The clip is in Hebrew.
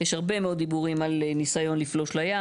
יש הרבה מאוד דיבורים על ניסיון לפלוש לים.